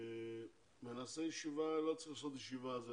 לא צריך לעשות ישיבה על זה,